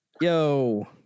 Yo